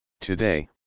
Today